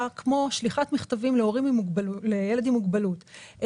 כמו שליחת מכתבים להורים לילדים עם מוגבלות,